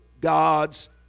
gods